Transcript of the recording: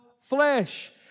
flesh